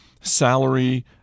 salary